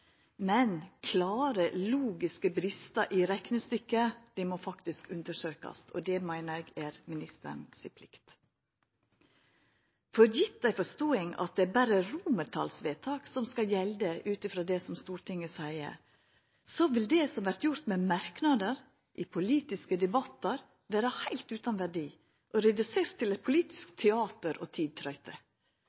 Men klåre logiske brestar i reknestykket må faktisk undersøkjast, og det meiner eg er ministeren si plikt. For gjeve den forståinga at det berre er romertalsvedtak som skal gjelda av det som Stortinget seier, vil det som vert gjort med merknader i politiske debattar, vera heilt utan verdi og redusert til eit politisk teater og tidtrøyte.